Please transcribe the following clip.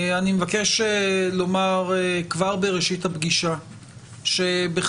אני מבקש לומר כבר בראשית הפגישה שבכוונתי,